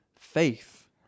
Faith